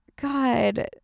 God